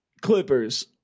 Clippers –